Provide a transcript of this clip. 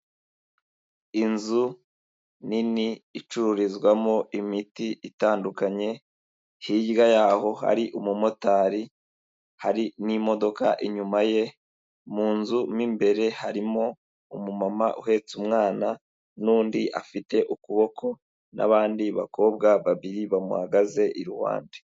Inzu nini icururizwamo imiti itandukanye, hirya yaho hari umumotari hari n'imodoka inyuma ye, mu nzu mo imbere harimo umumama uhetse umwana n'undi afite ukuboko n'abandi bakobwa babiri bamuhagaze iruhande.